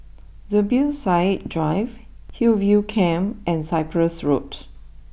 Zubir Said Drive Hillview Camp and Cyprus Road